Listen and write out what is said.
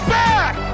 back